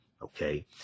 Okay